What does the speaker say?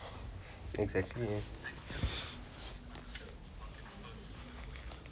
exactly